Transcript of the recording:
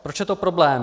Proč je to problém?